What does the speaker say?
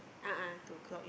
a'ah